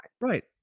Right